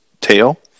tail